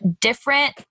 different